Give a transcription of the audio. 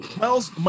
Miles